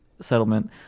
settlement